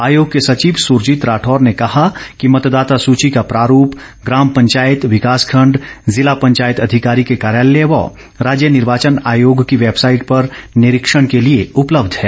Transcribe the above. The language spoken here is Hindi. आयोग के संचिव सुरजीत राठौर ने कहा कि मतदाता सुची का प्रारूप ग्राम पंचायत विकास खंड जिला पंचायत अधिकारी के कार्यालय व राज्य निर्वाचन आयोग की वैबसाईट पर निरीक्षण के लिए उपलब्ध है